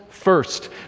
First